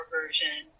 version